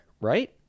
right